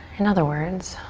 in other words.